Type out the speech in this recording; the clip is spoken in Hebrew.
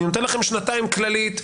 אני נותן לכם שנתיים כללית,